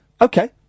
Okay